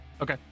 Okay